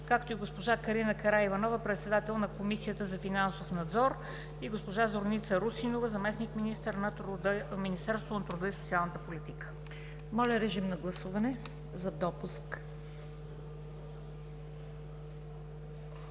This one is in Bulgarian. както и госпожа Карина Караиванова – председател на Комисията за финансов надзор, и госпожа Зорница Русинова – заместник-министър на Министерството на труда и социалната политика. ПРЕДСЕДАТЕЛ ЦВЕТА КАРАЯНЧЕВА: Моля, режим на гласуване за допуск.